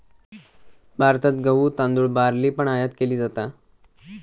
भारतात गहु, तांदुळ, बार्ली पण आयात केली जाता